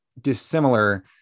dissimilar